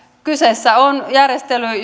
kyseessä on järjestely